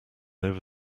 over